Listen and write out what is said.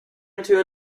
into